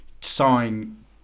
sign